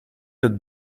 het